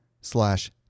slash